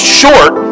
short